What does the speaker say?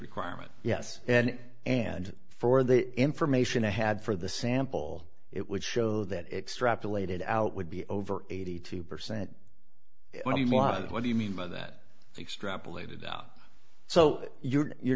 requirement yes and and for the information i had for the sample it would show that extrapolated out would be over eighty two percent what do you mean by that extrapolated out so you're